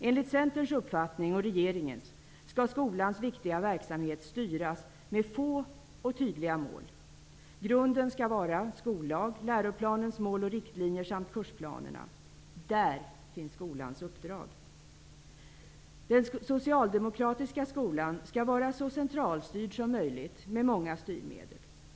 Enligt Centerns uppfattning, och regeringens, skall skolans viktiga verksamhet styras med få och tydliga mål. Grunden skall vara skollag, läroplanens mål och riktlinjer samt kursplanerna. Där finns skolans uppdrag. Den socialdemokratiska skolan skall vara så centralstyrd som möjligt och med många styrmedel.